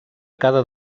cada